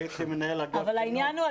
הייתי מנהל אגף --- אני מכיר את הפרוצדורה.